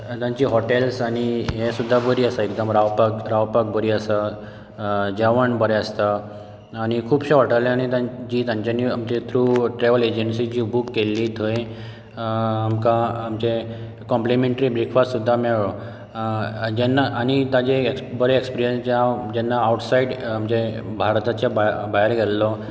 तांची हॉटेल्स आनी हे सुद्दा बरी आसा एकदम रावपाक रावपाक बरी आसा जेवण बरे आसता आनी खूबश्यां हॉटेलांनी तांची तांच्यानी आमच्यानी थ्रु ट्रेवल्स एजेन्सी जी बूक केल्ली थंय आमकां आमचें कॉप्लेमेंट्री ब्रेकफास्ट सुद्दा मेळ्ळो जेन्ना आनी ताजे बरे एक्सपिरन्स जे हांव जेन्ना आवटसायड म्हणजे भारताच्या भायर भायर गेल्लो